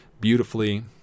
beautifully